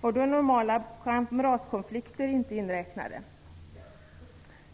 och då var normala kamratkonflikter inte inräknade.